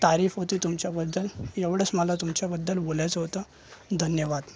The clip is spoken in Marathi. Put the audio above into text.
तारीफ होती तुमच्याबद्दल एवढेच मला तुमच्याबद्दल बोलायचं होतं धन्यवाद